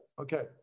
Okay